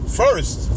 first